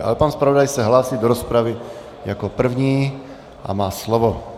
Ale pan zpravodaj se hlásí do rozpravy jako první a má slovo.